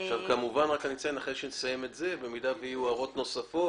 במידה ואחרי שנסיים את זה יהיו הערות נוספות